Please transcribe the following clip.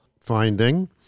finding